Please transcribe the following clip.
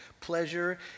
Pleasure